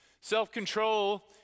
Self-control